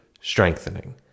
strengthening